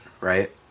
right